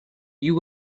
you